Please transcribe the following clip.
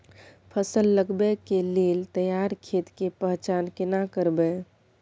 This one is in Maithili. फसल लगबै के लेल तैयार खेत के पहचान केना करबै?